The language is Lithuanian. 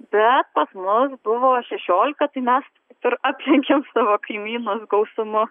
bet pas mus buvo šešiolika tai mes aplenkėm savo kaimynus gausumu